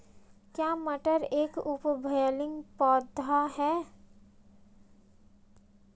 क्या मटर एक उभयलिंगी पौधा है?